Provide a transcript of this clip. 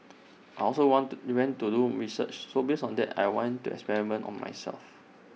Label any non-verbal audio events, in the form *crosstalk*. I *noise* also want to went to doom research so based on that I went to experiment on myself